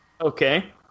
Okay